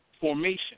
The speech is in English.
formation